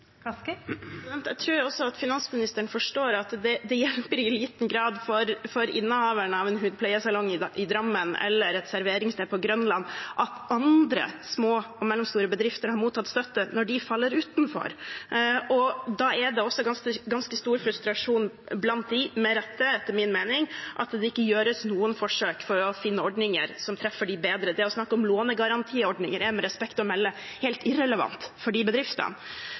Jeg tror finansministeren forstår at det i liten grad hjelper innehaveren av en hudpleiesalong i Drammen eller et serveringssted på Grønland at andre små og mellomstore bedrifter har mottatt støtte, når de faller utenfor. Da er det ganske stor frustrasjon blant dem – med rette, etter min mening – over at det ikke gjøres noen forsøk på å finne ordninger som treffer dem bedre. Det å snakke om lånegarantiordninger er, med respekt å melde, helt irrelevant for de bedriftene.